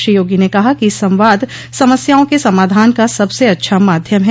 श्री योगी ने कहा कि संवाद समस्याओं के समाधान का सबसे अच्छा माध्यम है